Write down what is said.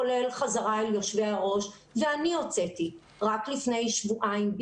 כולל חזרה על יושבי הראש ואני הוצאתי רק לפני שבועיים,